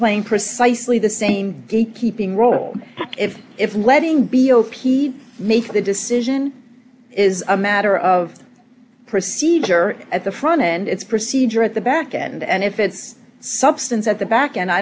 plain precisely the same deep keeping role if if letting b o p make the decision is a matter of procedure at the front end its procedure at the back end and if it's substance at the back and i